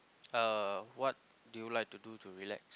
uh what do you like to do to relax